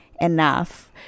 enough